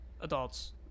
adults